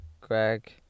Greg